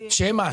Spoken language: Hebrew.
שהם מה?